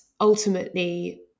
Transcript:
ultimately